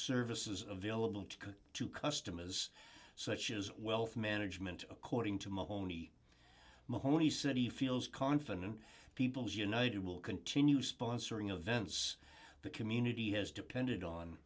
services available to to customers such as wealth management according to my home mahoney said he feels confident people's united will continue sponsoring events the community has depended on